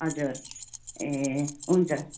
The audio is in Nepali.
हजुर ए हुन्छ